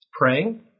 praying